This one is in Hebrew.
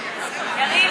יריב,